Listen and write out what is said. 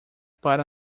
para